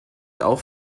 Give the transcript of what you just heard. auch